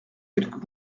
quelques